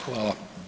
Hvala.